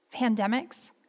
pandemics